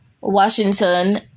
Washington